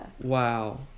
Wow